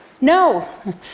No